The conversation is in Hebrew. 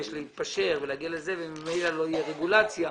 להתפשר ולהגיע למשהו וממילא לא תהיה רגולציה,